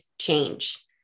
change